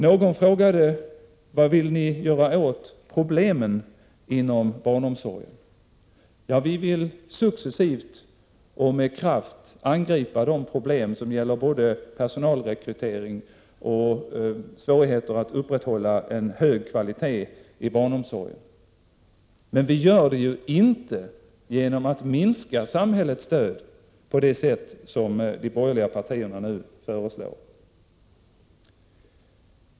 Någon frågade: Vad vill ni göra åt problemen inom barnomsorgen? Vi vill successivt och med kraft angripa de problem som gäller personalrekrytering och svårigheter att upprätthålla en hög kvalitet i barnomsorgen. Men vi gör det ju inte genom att minska samhällets stöd på det sätt som de borgerliga partierna nu föreslår.